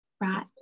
Right